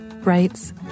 Writes